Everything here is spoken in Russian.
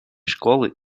школы